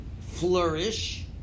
flourish